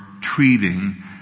treating